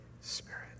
Spirit